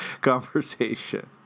conversation